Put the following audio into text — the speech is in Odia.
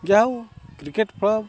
ଯାହଉ କ୍ରିକେଟ୍ କ୍ଳବ୍